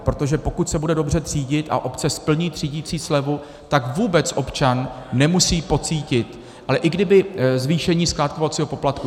Protože pokud se bude dobře třídit a obce splní třídicí slevu, tak vůbec občan nemusí pocítit zvýšení skládkovacího poplatku.